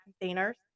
containers